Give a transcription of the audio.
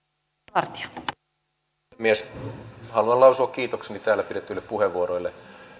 arvoisa puhemies haluan lausua kiitokseni täällä pidetyistä puheenvuoroista